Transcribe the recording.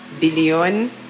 billion